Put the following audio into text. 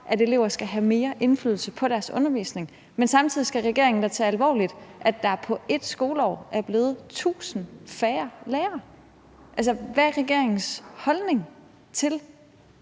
at elever skal have mere indflydelse på deres undervisning. Men samtidig skal regeringen da tage alvorligt, at der på 1 skoleår er blevet 1.000 færre lærere. Hvad er regeringens holdning til,